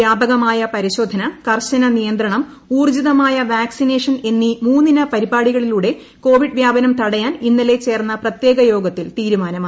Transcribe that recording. വ്യാപകമായ പരിശോധന കർശന നിയന്ത്രണം ഊർജിതമായ വാക്സിനേഷൻ എന്നീ മൂന്നിന പരിപാടികളിലൂടെ കോവിഡ് വ്യാപനം തടയാൻ ഇന്നലെ ചേർന്ന പ്രത്യേക യോഗത്തിൽ തീരുമാനമായി